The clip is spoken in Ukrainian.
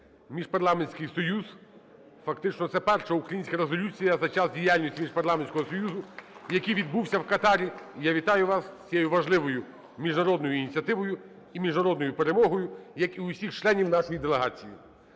Міжпарламентський союз, фактично це перша українська резолюція за час діяльності Міжпарламентського союзу, який відбувся в Катарі. (Оплески) І я вітаю вас з цією важливою міжнародною ініціативою і міжнародною перемогою, як і усіх членів нашої делегації.